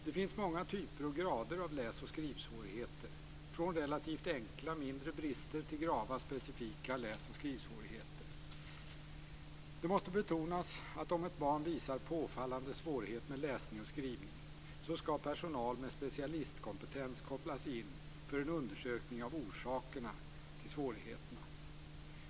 Det finns många typer och grader av läs och skrivsvårigheter, från relativt enkla, mindre brister till grava specifika läs och skrivsvårigheter. Det måste betonas att om ett barn visar påfallande svårigheter med läsning och skrivning så skall personal med specialistkompetens kopplas in för en undersökning av orsakerna till svårigheterna.